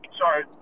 sorry